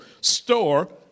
store